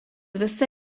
visa